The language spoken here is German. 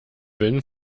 bin